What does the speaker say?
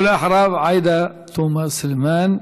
ואחריו, עאידה תומא סלימאן.